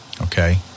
Okay